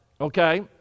okay